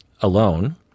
alone